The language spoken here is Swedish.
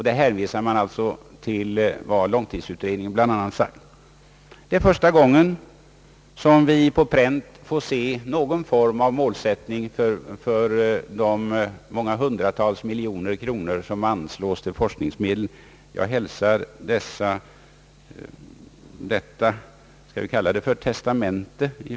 Där hänvisas till vad bl.a. långtidsutredningen sagt. Det är första gången som vi på pränt får se någon form av målsättning för de många hundratals miljoner kronor som anslås till forskningsändamål. Jag hälsar detta — skall vi kalla det för testamente?